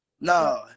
No